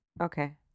okay